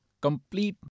complete